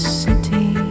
city